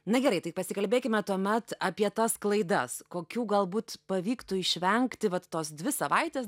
na gerai tai pasikalbėkime tuomet apie tas klaidas kokių galbūt pavyktų išvengti vat tos dvi savaitės